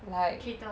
cater